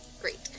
Great